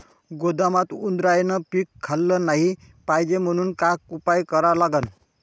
गोदामात उंदरायनं पीक खाल्लं नाही पायजे म्हनून का उपाय करा लागन?